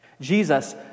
Jesus